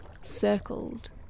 circled